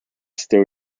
still